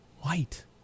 White